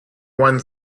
one